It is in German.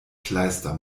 kleister